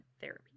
therapy